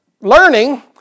learning